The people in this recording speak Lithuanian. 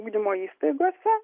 ugdymo įstaigose